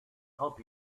help